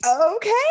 okay